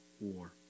war